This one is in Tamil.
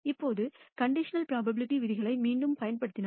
இப்போது கண்டிஷனல் ப்ரோபபிலிட்டி விதிகளை மீண்டும் பயன்படுத்தினால்